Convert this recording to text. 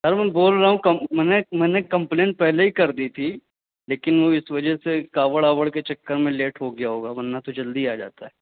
سر میں بول رہا ہوں کم میں نے میں نے کمپلین پہلے ہی کر دی تھی لیکن وہ اس وجہ سے کاوڑ آوڑ کے چکر میں لیٹ ہو گیا ہوگا ورنہ تو جلدی آ جاتا ہے